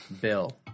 Bill